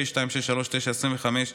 פ/2639/25,